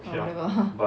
err whatever lah